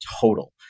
total